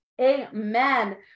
Amen